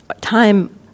time